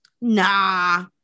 Nah